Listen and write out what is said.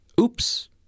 Oops